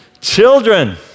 Children